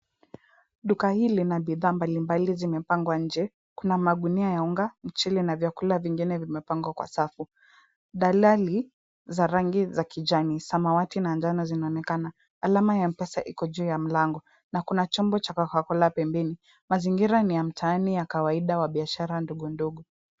Duka hili lina bidhaa mbalimbali zimepangwa nje, kuna magunia ya unga, mchele na vyakula vingine vimepangwa kwa safu, dalali za rangi ya kijani, samawati na njano zinaonekana, alama ya Mpesa iko juu ya mlango, na kuna chombo cha CocaCola pembeni, mazingira ni ya mtaani ya kawaida ya biashara ndogo ndogo.